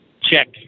check